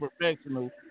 professional